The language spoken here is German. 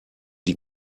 die